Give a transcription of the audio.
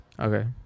okay